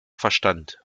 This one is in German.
verstand